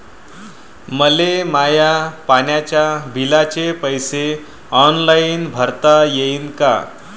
मले माया पाण्याच्या बिलाचे पैसे ऑनलाईन भरता येईन का?